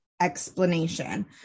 explanation